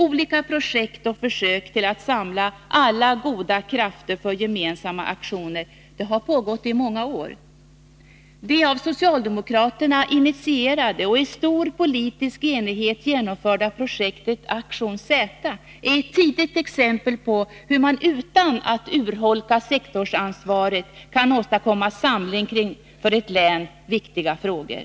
Olika projekt och försök till att samla alla goda krafter för gemensamma aktioner har pågått i många år. Det av socialdemokraterna initierade och i stor politisk enighet genomförda projektet Aktion Z är ett tidigt exempel på hur man, utan att urholka sektorsansvaret, kan åstadkomma samling kring för ett län viktiga frågor.